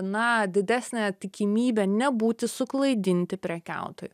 na didesnę tikimybę nebūti suklaidinti prekiautojų